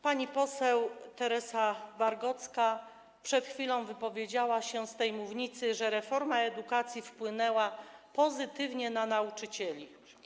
Pani poseł Teresa Wargocka przed chwilą powiedziała z tej mównicy, że reforma edukacji wpłynęła pozytywnie na sytuację nauczycieli.